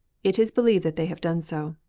it is believed that they have done so.